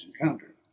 encounter